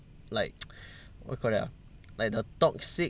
like what you call that ah like the toxic